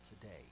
today